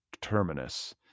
terminus